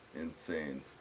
insane